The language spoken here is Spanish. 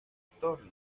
thorne